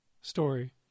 story